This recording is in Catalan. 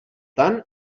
tant